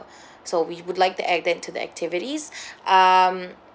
so we would like to add that to the activities um